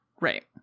Right